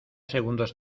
segundos